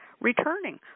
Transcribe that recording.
returning